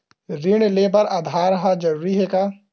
ऋण ले बर आधार ह जरूरी हे का?